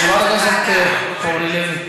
חברת הכנסת אורלי לוי.